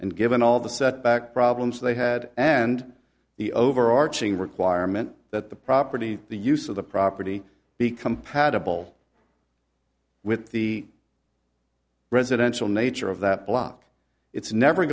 and given all the set back problems they had and the overarching requirement that the property the use of the property be compatible with the residential nature of that block it's never